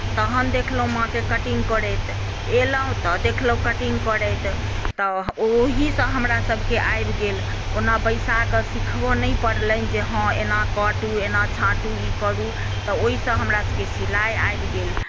तहन देखलहुँ माँकेँ कटिंग करैत एलहुँ तऽ देखलहुँ कटिंग करैत तऽ ओहीसँ हमरासभकेँ आबि गेल ओना बैसा कऽ सिखबय नहि पड़लनि जे हँ एना काटू एना छाँटू ई करू तऽ ओहिसँ हमरासभकेँ सिलाइ आबि गेल